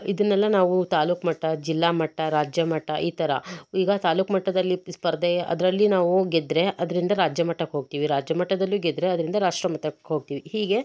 ಇದನ್ನೆಲ್ಲ ನಾವು ತಾಲೂಕು ಮಟ್ಟ ಜಿಲ್ಲಾ ಮಟ್ಟ ರಾಜ್ಯ ಮಟ್ಟ ಈ ಥರ ಈಗ ತಾಲೂಕು ಮಟ್ಟದಲ್ಲಿ ಸ್ಪರ್ಧೆ ಅದರಲ್ಲಿ ನಾವು ಗೆದ್ದರೆ ಅದರಿಂದ ರಾಜ್ಯ ಮಟ್ಟಕ್ಕೆ ಹೋಗ್ತೀವಿ ರಾಜ್ಯ ಮಟ್ಟದಲ್ಲು ಗೆದ್ದರೆ ಅದರಿಂದ ರಾಷ್ಟ್ರ ಮಟ್ಟಕ್ಕೆ ಹೋಗ್ತಿವಿ ಹೀಗೆ